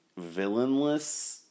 villainless